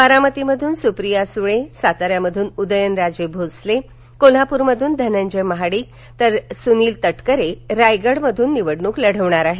बारामती मधून सुप्रिया सुळे साताऱ्यामधून उदयनराजे भोसले कोल्हापुरमधून धनंजय महाडिक तर सूनील तक्रिरे रायगडमधून निवडणूक लढवणार आहेत